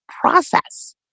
process